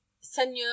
seigneur